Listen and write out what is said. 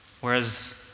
Whereas